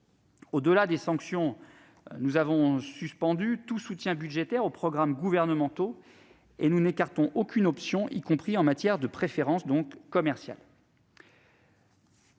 Au-delà des sanctions, nous avons suspendu tout soutien budgétaire aux programmes gouvernementaux. Nous n'écartons aucune option, y compris en matière de préférence commerciale.